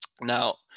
now